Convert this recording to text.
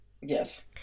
yes